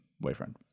boyfriend